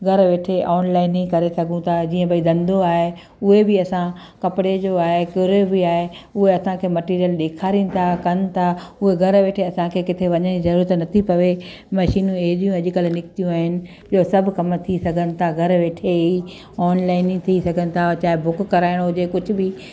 घरु वेठे ऑनलाइन ई करे सघूं था जीअं भई धंधो आहे उहे बि असां कपिड़े जो आहे कहिड़ो बि आहे उहे असांखे मैटिरियल ॾेखारीनि था कनि था उहे घरु वेठे असांखे किथे वञण जी ज़रूरत नथी पए मशीनियूं अहिड़ियूं अॼुकल्ह निकितियूं आहिनि ॿियो सभु कम थी सघनि था घरु वेठे ई ऑनलाइन ई थी सघनि था चाहे बुक कराइणो हुजे कुझु बि